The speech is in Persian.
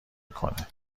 میکنه